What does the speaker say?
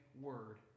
word